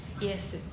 Yes